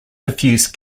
diffuse